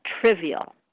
trivial